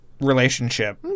relationship